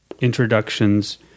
Introductions